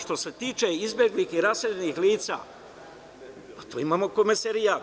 Što se tiče izbeglih i raseljenih lica, tu imamo Komesarijat.